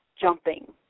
jumping